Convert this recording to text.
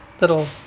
little